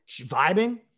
vibing